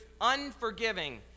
unforgiving